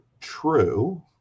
true